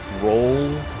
Roll